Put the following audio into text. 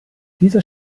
dieser